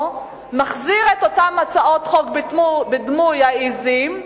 מחזירים את אותן הצעות חוק בדמות עזים,